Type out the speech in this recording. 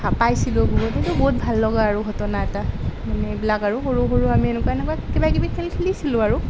ধাপাইছিলোঁও বহুত সেইটো বহুত ভাল লগা আৰু ঘটনা এটা মানে এইবিলাক আৰু সৰু সৰু আমি এনেকুৱা এনেকুৱা কিবা কিবি খেল খেলিছিলোঁ আৰু